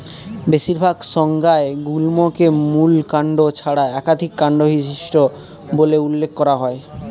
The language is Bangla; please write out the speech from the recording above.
বেশিরভাগ সংজ্ঞায় গুল্মকে মূল কাণ্ড ছাড়া একাধিক কাণ্ড বিশিষ্ট বলে উল্লেখ করা হয়